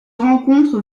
rencontre